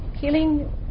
killing